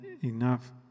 enough